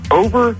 over